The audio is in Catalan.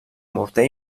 morter